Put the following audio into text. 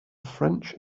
french